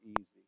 easy